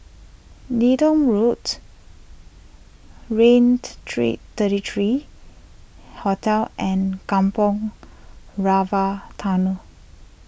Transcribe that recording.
Leedon Roads Raintr three thirty three Hotel and Kampong Rava Tunnel